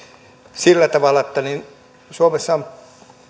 sillä tavalla että kun suomessa